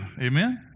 Amen